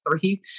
three